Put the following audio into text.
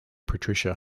patricia